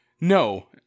No